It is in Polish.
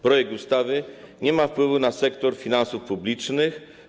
Projekt ustawy nie ma wpływu na sektor finansów publicznych.